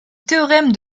théorème